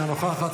אינה נוכחת,